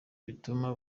bituma